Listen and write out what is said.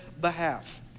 behalf